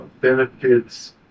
benefits